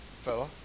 fella